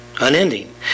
Unending